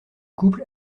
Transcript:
couple